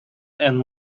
and